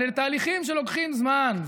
אבל אלה תהליכים שלוקחים זמן.